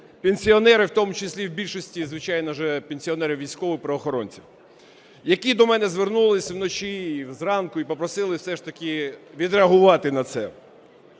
пенсіонерів, в тому числі в більшості, звичайно, пенсіонерів військових, правоохоронців, які до мене звернулись вночі і зранку і попросили все ж таки відреагувати на це.